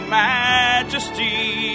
majesty